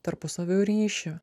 tarpusavio ryšį